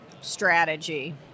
strategy